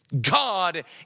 God